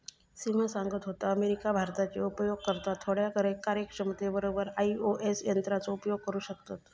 सिमा सांगत होता, अमेरिका, भारताचे उपयोगकर्ता थोड्या कार्यक्षमते बरोबर आई.ओ.एस यंत्राचो उपयोग करू शकतत